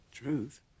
Truth